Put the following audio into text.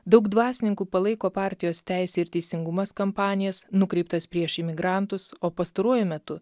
daug dvasininkų palaiko partijos teisė ir teisingumas kampanijas nukreiptas prieš imigrantus o pastaruoju metu